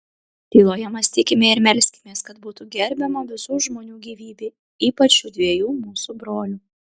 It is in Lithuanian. tyloje mąstykime ir melskimės kad būtų gerbiama visų žmonių gyvybė ypač šių dviejų mūsų brolių